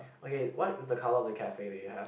okay what is the colour of the cafe that you have